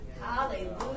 Hallelujah